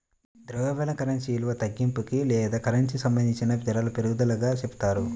ద్రవ్యోల్బణం కరెన్సీ విలువ తగ్గింపుకి లేదా కరెన్సీకి సంబంధించిన ధరల పెరుగుదలగా చెప్తారు